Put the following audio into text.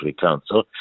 Council